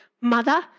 mother